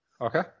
Okay